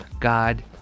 God